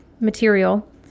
material